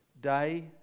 day